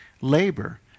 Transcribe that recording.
labor